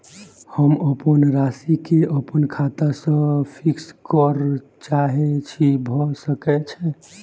हम अप्पन राशि केँ अप्पन खाता सँ फिक्स करऽ चाहै छी भऽ सकै छै?